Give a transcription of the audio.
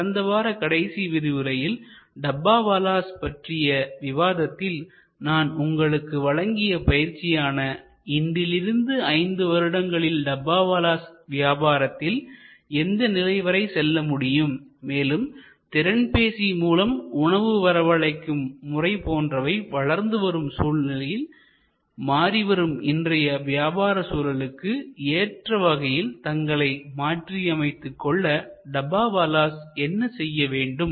கடந்த வார கடைசி விரிவுரையில் டப்பாவாலாஸ் பற்றிய விவாதத்தில் நான் உங்களுக்கு வழங்கிய பயிற்சியான இன்றிலிருந்து ஐந்து வருடங்களில் டப்பாவாலாஸ் வியாபாரத்தில் எந்த நிலை வரை செல்ல முடியும் மேலும் திறன்பேசி மூலம் உணவு வரவழைக்கும் முறை போன்றவை வளர்ந்துவரும் சூழலில் மாறிவரும் இன்றைய வியாபார சூழலுக்கு ஏற்ற வகையில் தங்களை மாற்றிக்கொள்ள டப்பாவாலாஸ் என்ன செய்ய வேண்டும்